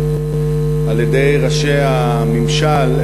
על-ידי ראשי הממשל,